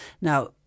Now